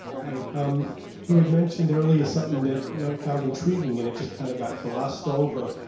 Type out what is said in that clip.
hi. um you had mentioned earlier something that i found intriguing, and it just kind of got glossed over.